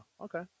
Okay